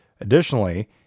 additionally